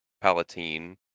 Palatine